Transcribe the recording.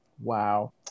Wow